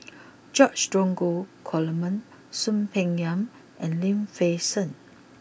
George Dromgold Coleman Soon Peng Yam and Lim Fei Shen